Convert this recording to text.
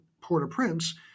Port-au-Prince